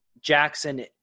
Jackson